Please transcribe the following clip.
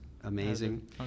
amazing